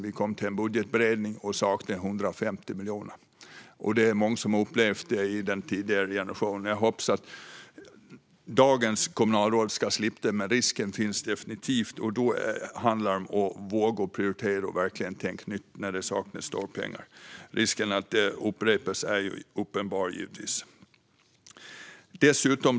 Då kom vi till en budgetberedning och saknade 150 miljoner. Många i den tidigare generationen har upplevt detta. Jag hoppas att dagens kommunalråd ska slippa det, men risken finns definitivt. När stora pengar saknas handlar det om att våga prioritera och verkligen tänka nytt. Risken att det upprepas är givetvis uppenbar.